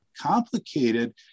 complicated